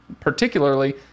particularly